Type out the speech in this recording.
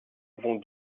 vont